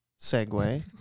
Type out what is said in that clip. segue